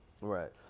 Right